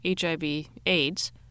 HIV-AIDS